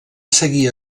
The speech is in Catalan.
seguir